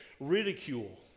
ridicule